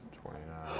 twenty nine.